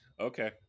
okay